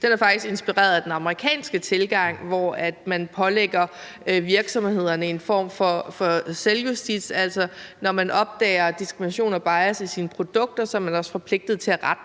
Den er faktisk inspireret af den amerikanske tilgang, hvor man pålægger virksomhederne en form for selvjustits, altså at når man opdager diskrimination og bias i sine produkter, er man også forpligtet til at rette